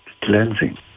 cleansing